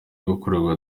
gukorerwa